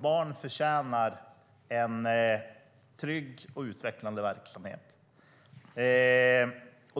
Barn förtjänar en trygg och utvecklande verksamhet.